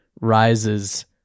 rises